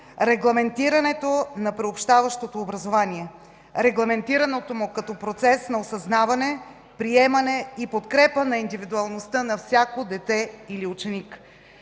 регламентирането на приобщаващото образование като процес на осъзнаване, приемане и подкрепа на индивидуалността на всяко дете или ученик.